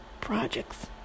projects